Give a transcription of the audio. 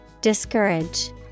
discourage